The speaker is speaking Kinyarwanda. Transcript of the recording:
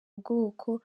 ubwoko